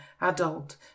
adult